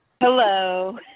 Hello